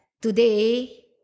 today